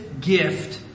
gift